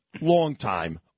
long-time